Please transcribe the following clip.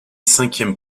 cinquième